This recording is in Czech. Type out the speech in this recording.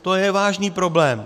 To je vážný problém.